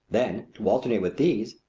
then to alternate with these,